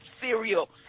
cereal